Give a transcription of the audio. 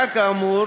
קביעה כאמור